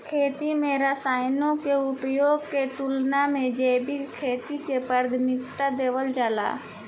खेती में रसायनों के उपयोग के तुलना में जैविक खेती के प्राथमिकता देवल जाला